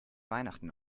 weihnachten